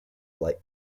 light